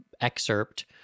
excerpt